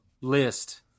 list